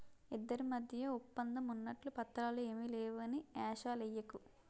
ఇద్దరి మధ్య ఒప్పందం ఉన్నట్లు పత్రాలు ఏమీ లేవని ఏషాలెయ్యకు